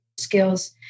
skills